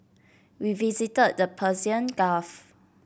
we visited the Persian Gulf